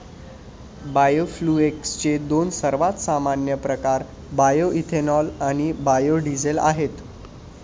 बायोफ्युएल्सचे दोन सर्वात सामान्य प्रकार बायोएथेनॉल आणि बायो डीझेल आहेत